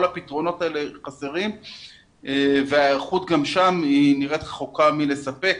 הפתרונות האלה חסרים וההיערכות רחוקה מלספק.